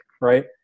Right